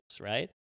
right